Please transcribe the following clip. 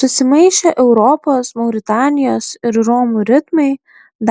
susimaišę europos mauritanijos ir romų ritmai